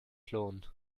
klonen